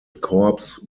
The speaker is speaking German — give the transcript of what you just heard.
corps